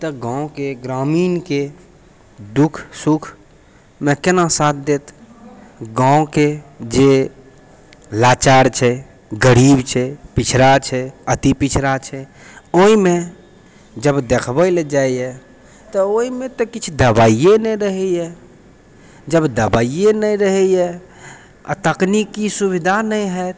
तऽ गाँवके ग्रामीणके दुख सुखमे कोना साथ देत गाँवके जे लाचार छै गरीब छै पिछड़ा छै अतिपिछड़ा छै ओहिमे जब देखबैलए जाइए तऽ ओहिमे तऽ किछु दवाइए नहि रहैए जब दवाइए नहि रहैए आओर तकनीकी सुविधा नहि हैत